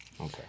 okay